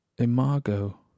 Imago